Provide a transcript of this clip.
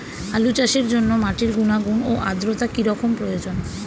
আলু চাষের জন্য মাটির গুণাগুণ ও আদ্রতা কী রকম প্রয়োজন?